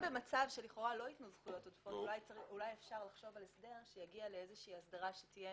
אפשר לחשוב על הסדר שיגיע לאיזו שהיא הסדרה שתהיה